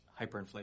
hyperinflation